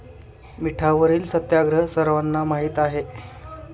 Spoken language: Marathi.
मिठावरील सत्याग्रह सर्वांना माहीत आहे